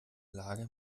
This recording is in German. lage